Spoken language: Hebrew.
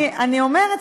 אני אומרת,